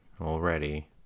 already